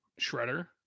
shredder